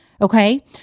Okay